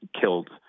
killed